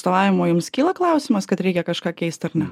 atstovavimo jums kyla klausimas kad reikia kažką keist ar ne